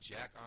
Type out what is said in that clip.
Jack